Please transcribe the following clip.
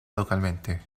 localmente